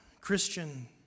Christian